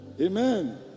amen